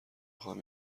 خواهم